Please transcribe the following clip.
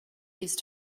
these